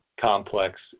complex